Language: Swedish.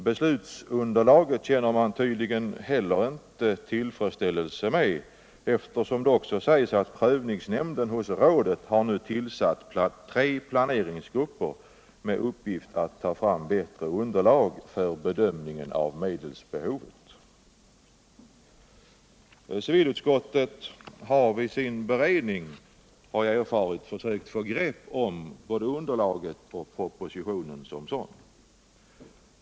Beslutsunderlaget känner man tydligen inte heller ullfredsställelse med, eftersom det också sägs att prövningsnämnden hos rådet nu har tillsatt tre planeringsgrupper med uppgift att ta fram bittre underlag för bedömningen av medelsbehovet. Utskouet har vid sin beredning — har jag erfarit — försökt få grepp om både underlaget och propositionen som sådan.